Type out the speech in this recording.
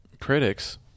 Critics